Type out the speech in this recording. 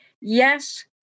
Yes